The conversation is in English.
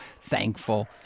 thankful